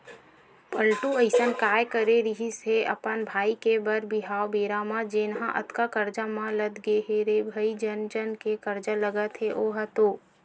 पलटू अइसन काय करे रिहिस हे अपन भाई के बर बिहाव बेरा म जेनहा अतका करजा म लद गे हे रे भई जन जन के करजा लगत हे ओहा तो